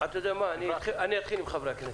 אני אתחיל עם חברי הכנסת.